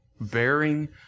Bearing